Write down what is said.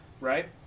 Right